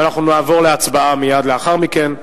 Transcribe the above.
ואנחנו נעבור להצבעה מייד לאחר מכן.